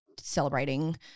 celebrating